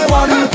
one